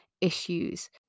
issues